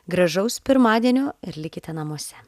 gražaus pirmadienio ir likite namuose